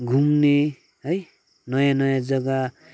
घुम्ने है नयाँ नयाँ जग्गा